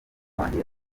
wanjye